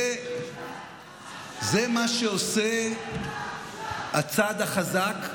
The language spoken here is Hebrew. זה מה שעושה הצד החזק,